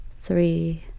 Three